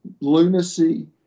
lunacy